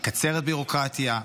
מקצרת בירוקרטיה,